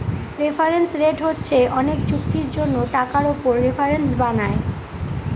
reference rate হচ্ছে অনেক চুক্তির জন্য টাকার উপর রেফারেন্স বানায়